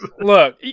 Look